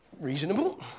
reasonable